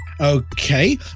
Okay